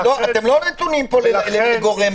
אתם לא נתונים פה לגורם אחר.